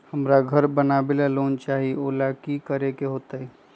हमरा घर बनाबे ला लोन चाहि ओ लेल की की करे के होतई?